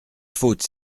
faute